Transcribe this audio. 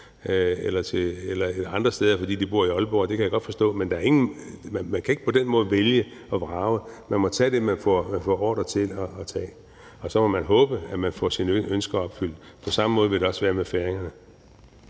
eller andre steder, fordi de bor i Aalborg. Det kan jeg godt forstå. Men man kan ikke på den måde vælge og vrage. Man må tage det, man får ordrer til at tage, og så må man håbe, at man får sine ønsker opfyldt. På samme måde vil det også være med færingerne.